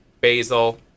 basil